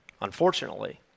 Unfortunately